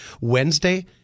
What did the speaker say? Wednesday